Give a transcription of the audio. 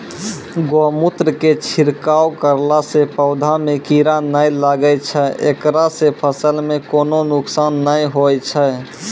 गोमुत्र के छिड़काव करला से पौधा मे कीड़ा नैय लागै छै ऐकरा से फसल मे कोनो नुकसान नैय होय छै?